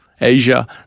Asia